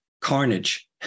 carnage